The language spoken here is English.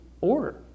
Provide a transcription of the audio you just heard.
order